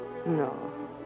No